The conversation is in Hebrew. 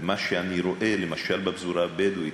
ומה שאני רואה למשל בפזורה הבדואית,